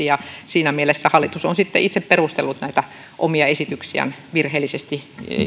ja siinä mielessä hallitus on sitten itse perustellut näitä omia esityksiään virheellisesti